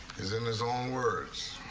is in his own words,